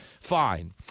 fine